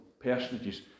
personages